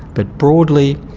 but broadly,